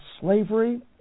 slavery